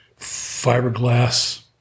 fiberglass